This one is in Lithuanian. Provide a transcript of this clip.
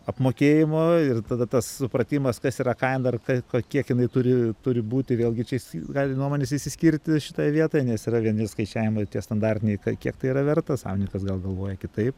apmokėjimo ir tada tas supratimas kas yra kaina ir ko kiek jinai turi turi būti vėlgi čia gali nuomonės išsiskirti šitoj vietoj nes yra vieni skaičiavimai tie standartiniai kiek tai yra verta savininkas gal galvoja kitaip